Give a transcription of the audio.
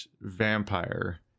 Vampire